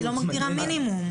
היא לא מגדירה מינימום.